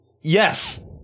Yes